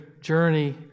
journey